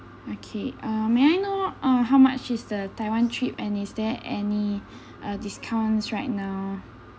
okay uh may I know uh how much is the taiwan trip and is there any uh discounts right now